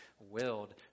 willed